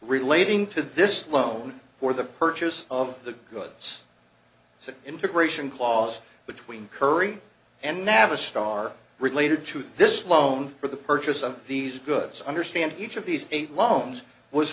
relating to this loan for the purchase of the goods so integration clause between current and navistar related to this loan for the purchase of these goods understand each of these eight loans was